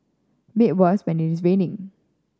made worse when it is raining